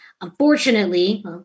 unfortunately